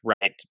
right